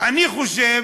אני חושב